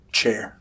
chair